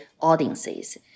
audiences